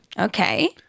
Okay